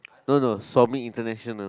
no no somy international